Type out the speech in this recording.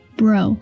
bro